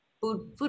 food